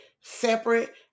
separate